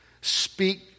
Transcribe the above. speak